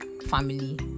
family